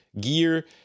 gear